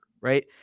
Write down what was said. right